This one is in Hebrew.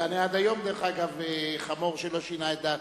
ואני עד היום, דרך אגב, חמור שלא שינה את דעתו.